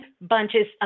bunches